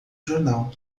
jornal